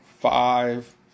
five